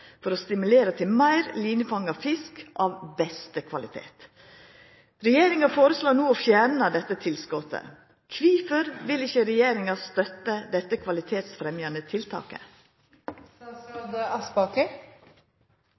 for å stimulera til meir linefanga fisk av beste kvalitet. Regjeringa foreslår no å fjerne dette tilskotet. Kvifor vil ikkje regjeringa støtte dette kvalitetsfremjande